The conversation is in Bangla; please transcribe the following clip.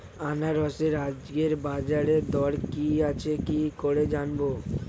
আনারসের আজকের বাজার দর কি আছে কি করে জানবো?